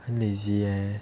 lazy leh